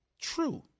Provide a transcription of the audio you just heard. True